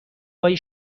های